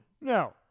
No